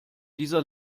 dieser